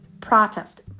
protest